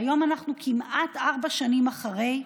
היום אנחנו כמעט ארבע שנים אחרי,